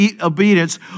obedience